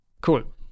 cool